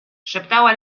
szeptała